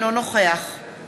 נוכח